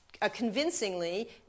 convincingly